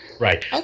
Right